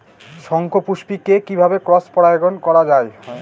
শঙ্খপুষ্পী কে কিভাবে ক্রস পরাগায়ন করা যায়?